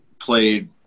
played